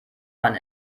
man